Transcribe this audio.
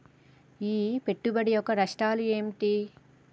ఈ పెట్టుబడి యొక్క నష్టాలు ఏమిటి?